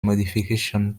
modifications